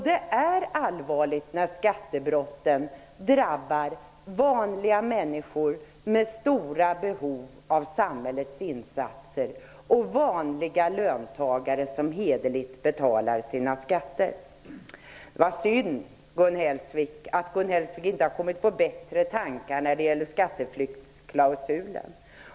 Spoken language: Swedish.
Det är allvarligt när skattebrotten drabbar vanliga människor med stora behov av samhällets insatser och vanliga löntagare som hederligt betalar sina skatter. Det är synd att Gun Hellsvik inte har kommit på bättre tankar när det gäller skatteflyktsklausulen.